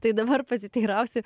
tai dabar pasiteirausiu